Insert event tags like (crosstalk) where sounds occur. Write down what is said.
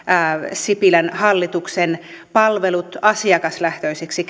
sipilän hallituksen palvelut asiakaslähtöisiksi (unintelligible)